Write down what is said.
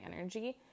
energy